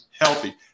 healthy